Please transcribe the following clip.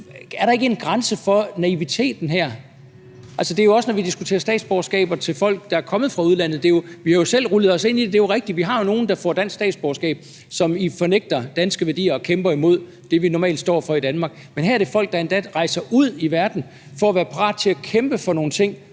er der ikke en grænse for naiviteten her? Det gælder jo også, når vi diskuterer statsborgerskaber til folk, der er kommet fra udlandet. Vi har selv rullet os ind i det – det er jo rigtigt: Vi har nogle, der får dansk statsborgerskab, og som fornægter danske værdier og kæmper imod det, vi normalt står for i Danmark. Men her er det folk, der endda rejser ud i verden for at være parate til at kæmpe for nogle ting,